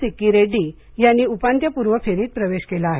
सिक्की रेड्डी यांनी उपांत्यपूर्व फेरीत प्रवेश केला आहे